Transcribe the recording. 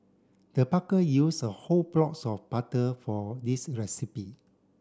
the used a whole blocks of butter for this recipe